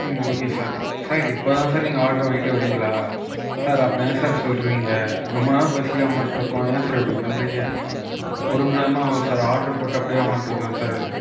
okay sir sir இப்பதான் sir நீங்கள் order வாங்கிட்டு வரீங்களா சார் அப்போ ஏன் சார் சொல்லுறீங்க ரொம்ப நேரம் பசியாக உக்காண்ட்டுருக்கோம் ஏன் சார் இப்படி பண்ணுறீங்க ஒரு மணி நேரமா ஆகுது சார் ஆர்டர் போட்டு அப்படியே உக்காண்ட்டுருக்கோம் சார்